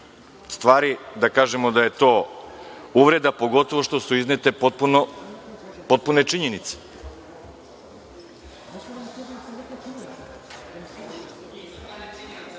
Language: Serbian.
stvari da kažemo da je to uvreda, pogotovo što su iznete potpune činjenice.(Saša